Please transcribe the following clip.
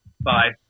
Bye